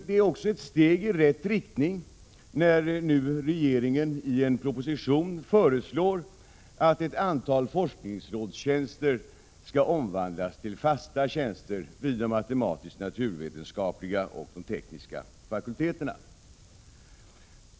Det är ett steg i rätt riktning när nu regeringen i en proposition föreslår att ett antal forskningsrådstjänster skall omvandlas till fasta tjänster vid de matematisk-naturvetenskapliga och de tekniska fakulteterna.